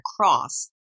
Cross